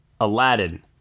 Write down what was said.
Aladdin